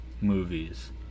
movies